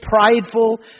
prideful